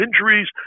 injuries